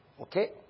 Okay